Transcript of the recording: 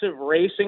racing